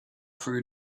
through